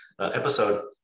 episode